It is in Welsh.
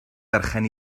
berchen